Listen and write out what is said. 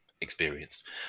experienced